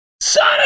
Son